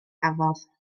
gafodd